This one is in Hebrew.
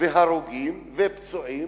יש הרוגים ופצועים.